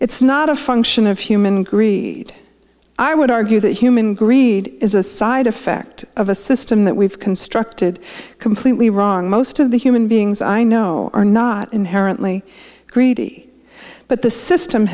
it's not a function of human greed i would argue that human greed is a side effect of a system that we've constructed completely wrong most of the human beings i know are not inherently greedy but the system